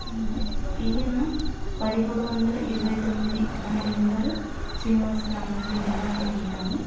ఈయన పదిహేడువందల ఇరవైతొమ్మిది అనే నంబరు శ్రీనివాస రామానుజన్ నంబర్ అని అంటాము